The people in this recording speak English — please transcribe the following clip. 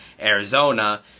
arizona